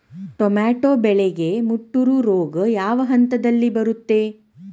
Tomato ಬೆಳೆಗೆ ಮುಟೂರು ರೋಗ ಯಾವ ಹಂತದಲ್ಲಿ ಬರುತ್ತೆ?